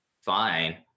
fine